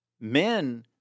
Men